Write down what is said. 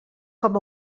com